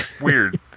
weird